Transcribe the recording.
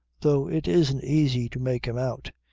though it isn't easy to make him out.